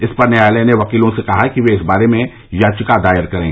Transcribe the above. इस पर न्यायालय ने वकीलों से कहा कि वे इस बारे में याचिका दायर करें